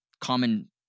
common